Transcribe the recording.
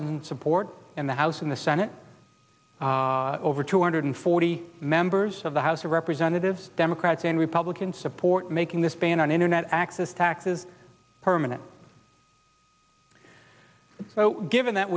bipartisan support in the house in the senate over two hundred forty members of the house of representatives democrats and republicans support making this ban on internet access taxes permanent given that